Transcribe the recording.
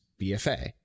BFA